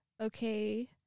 Okay